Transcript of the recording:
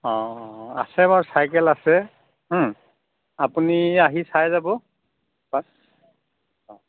অঁ অঁ আছে বাৰু চাইকেল আছে আপুনি আহি চাই যাব এপাক অঁ